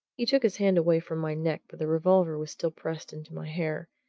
he took his hand away from my neck, but the revolver was still pressed into my hair,